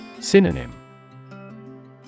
Synonym